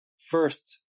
first